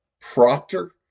Proctor